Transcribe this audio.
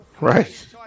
right